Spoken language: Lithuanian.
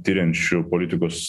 tiriančių politikos